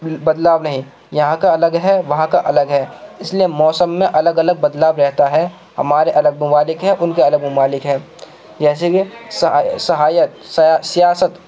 بدلاؤ نہیں یہاں کا الگ ہے وہاں کا الگ ہے اس لیے موسم میں الگ الگ بدلاؤ رہتا ہے ہمارے الگ ممالک ہیں ان کے الگ ممالک ہیں جیسے کہ سہایک سیاست